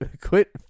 quit